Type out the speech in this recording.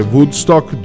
Woodstock